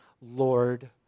lord